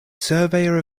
surveyor